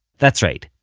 that's right,